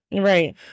Right